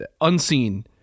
unseen